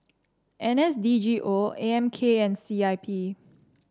N S D G O A M K and C I P